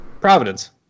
Providence